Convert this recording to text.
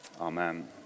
amen